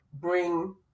bring